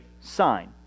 sign